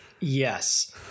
yes